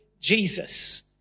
jesus